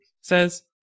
says